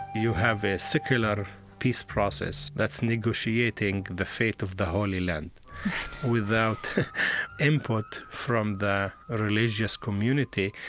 you have a secular peace process that's negotiating the fate of the holy land without input from the religious community.